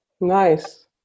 Nice